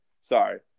Sorry